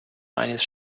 eines